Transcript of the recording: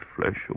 flesh